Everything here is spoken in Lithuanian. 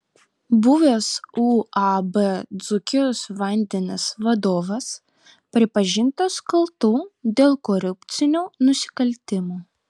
buvęs uab dzūkijos vandenys vadovas pripažintas kaltu dėl korupcinių nusikaltimų